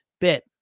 bit